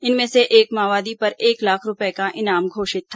इनमें से एक माओवादी पर एक लाख रूपये का इनाम घोषित था